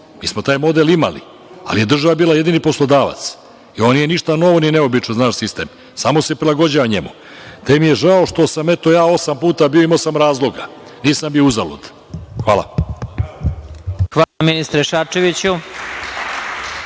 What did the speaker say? Mi smo taj model imali, ali je država bila jedini poslodavac. Ovo nije ništa novo ni neobično za naš sistem, samo se prilagođavamo njemu. Te mi je žao što sam, eto, ja osam puta bio, imao sam razloga, nisam bio uzalud. Hvala. **Vladimir Marinković**